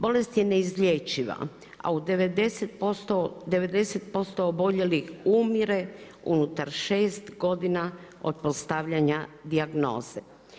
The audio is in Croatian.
Bolest je neizlječiva, a 90% oboljelih umire unutar 6 godina od postavljanja dijagnoze.